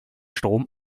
strom